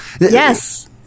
Yes